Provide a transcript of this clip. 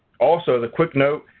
also as a quick note,